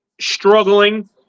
struggling